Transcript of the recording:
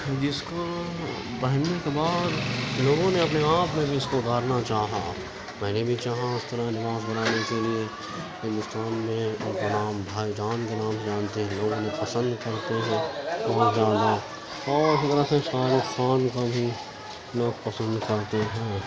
جس کا پہننے کے بعد لوگوں نے اپنے آپ میں بھی اس کو اتارنا چاہا میں نے بھی چاہا اس طرح لباس بنانے کے لیے ہندوستان میں ان کا نام بھائی جان کے نام سے جانتے ہیں لوگ انہیں پسند کرتے ہیں رجحانات اور اسی طرح سے پاکستان کے بھی لوگ پسند کرتے ہیں